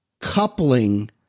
coupling